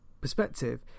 perspective